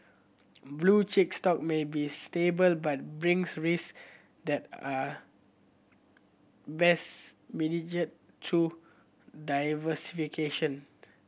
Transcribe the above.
blue chip stock may be stable but brings risk that are best through diversification